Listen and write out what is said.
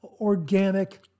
organic